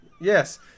yes